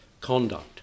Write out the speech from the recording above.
conduct